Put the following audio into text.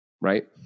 Right